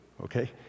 Okay